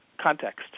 context